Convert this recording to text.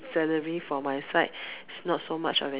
salary for my side is not so much of an